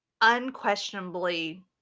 unquestionably